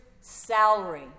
salary